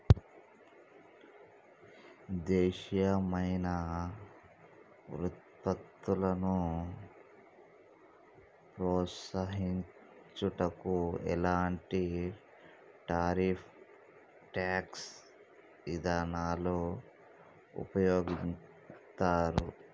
దేశీయమైన వృత్పత్తులను ప్రోత్సహించుటకు ఎలాంటి టారిఫ్ ట్యాక్స్ ఇదానాలు ఉపయోగిత్తారు